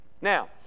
Now